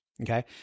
okay